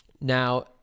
Now